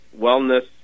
wellness